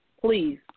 Please